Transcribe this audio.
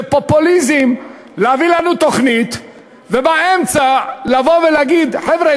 זה פופוליזם להביא לנו תוכנית ובאמצע לבוא ולהגיד: חבר'ה,